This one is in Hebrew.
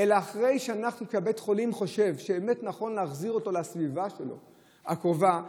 אם בית החולים חושב שבאמת נכון להחזיר אותם לסביבה הקרובה שלהם,